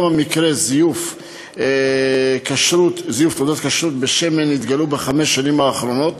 כמה מקרי זיוף תעודת כשרות בשמן התגלו בחמש השנים האחרונות,